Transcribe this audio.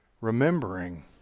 remembering